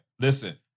Listen